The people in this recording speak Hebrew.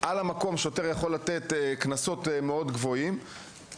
שוטר יכול לתת קנסות מאוד גבוהים בו במקום,